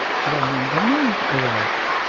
clermont-ganneau arrived.